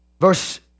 verse